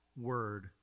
word